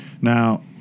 Now